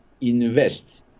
invest